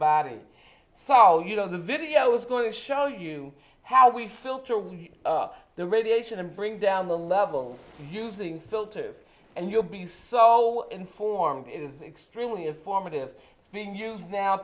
follow you know the video is going to show you how we filter we up the radiation and bring down the levels using filters and you'll be so informed is extremely informative being used now